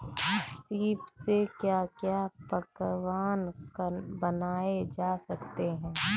सीप से क्या क्या पकवान बनाए जा सकते हैं?